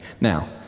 Now